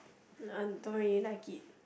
uh I don't really like it